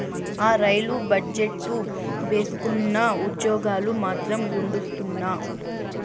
ఆ, రైలు బజెట్టు భేసుగ్గున్నా, ఉజ్జోగాలు మాత్రం గుండుసున్నా